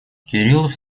кириллов